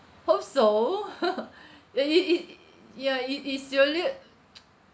hope so ya it it it ya it is salute